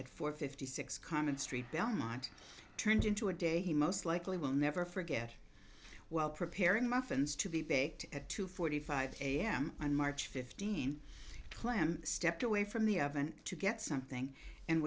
at four fifty six common street belmont turned into a day he most likely will never forget while preparing muffins to be baked at two forty five am on march fifteenth clam stepped away from the oven to get something and